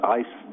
ice